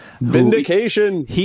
Vindication